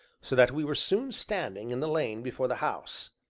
so that we were soon standing in the lane before the house,